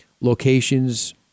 Locations